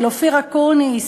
של אופיר אקוניס,